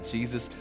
Jesus